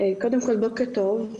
קודם כל בוקר טוב.